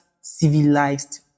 civilized